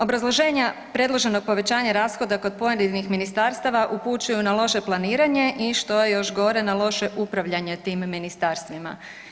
Obrazloženja predloženog povećanja rashoda kod pojedinih ministarstava upućuju na loše planiranje i što je još gore na loše upravljanje tim ministarstvima.